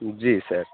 جی سر